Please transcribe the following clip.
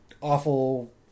awful